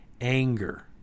anger